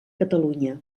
catalunya